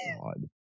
God